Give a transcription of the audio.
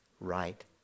right